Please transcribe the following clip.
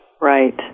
right